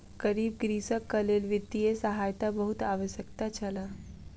गरीब कृषकक लेल वित्तीय सहायता बहुत आवश्यक छल